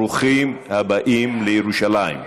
ברוכים הבאים לירושלים.